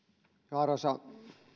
arvoisa